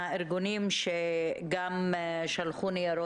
כאשר אתה מנהל משבר כזה יש לך תמיד דילמה